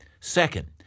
Second